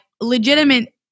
legitimate